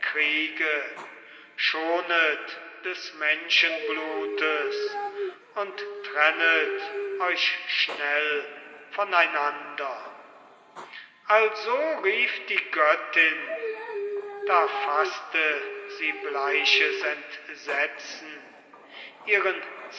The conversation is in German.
schonet des menschenblutes und trennet euch schnell voneinander also rief die göttin da faßte sie bleiches entsetzen ihren